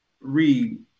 read